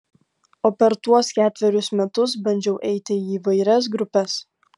o per tuos ketverius metus bandžiau eiti į įvairias grupes